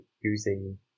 using